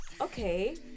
okay